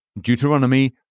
Deuteronomy